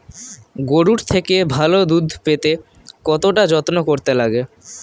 গরুর থেকে ভালো দুধ পেতে কতটা যত্ন করতে লাগে